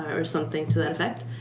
or something to that effect.